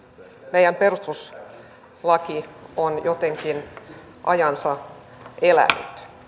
meidän perustuslaki on jotenkin aikansa elänyt